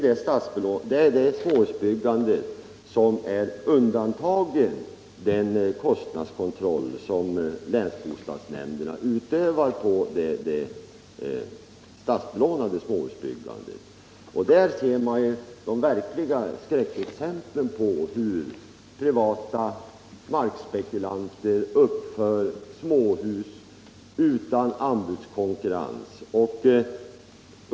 Det småhusbyggandet är undantaget den kostnadskontroll som länsbostadsnämnderna utövar på det statsbelånade byggandet av småhus. Där ser man de verkliga skräckexemplen på hur privata markspekulanter uppför småhus utan anbudskonkurrens.